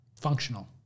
Functional